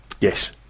Yes